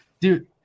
Dude